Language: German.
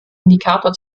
indikator